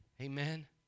Amen